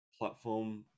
Platform